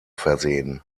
versehen